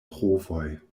provoj